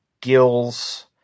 gills